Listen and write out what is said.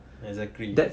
exactly